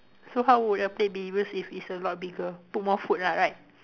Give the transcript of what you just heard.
so how would a plate be used if it's a lot bigger put more food lah right